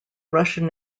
russian